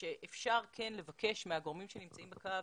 אפשר כן לבקש מהגורמים שנמצאים בקו